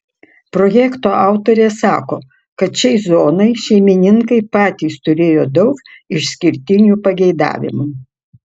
projekto autorė sako kad šiai zonai šeimininkai patys turėjo daug išskirtinių pageidavimų